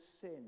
sin